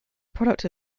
product